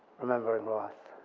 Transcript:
remembering roth.